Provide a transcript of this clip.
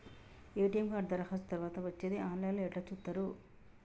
ATM card దరఖాస్తు తరువాత వచ్చేది ఆన్ లైన్ లో ఎట్ల చూత్తరు?